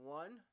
one